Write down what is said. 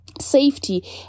safety